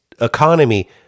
economy